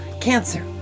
Cancer